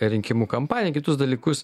rinkimų kampanija kitus dalykus